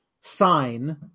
sign